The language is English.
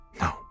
No